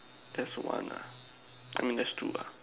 that's one ah I mean that's two ah